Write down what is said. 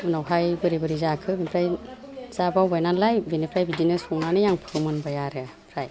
उनावहाइ बोरै बोरै जाखो बिनफ्राय जा बावबाय नालाय बिनिफ्राय बिदिनो संनानै आं फोमोनबाय आरो ओमफ्राय